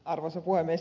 arvoisa puhemies